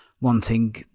wanting